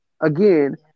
Again